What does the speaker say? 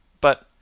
But